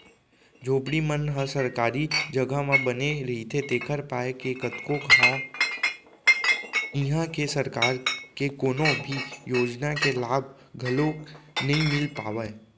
झोपड़ी मन ह सरकारी जघा म बने रहिथे तेखर पाय के कतको घांव इहां के सरकार के कोनो भी योजना के लाभ घलोक नइ मिल पावय